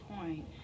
point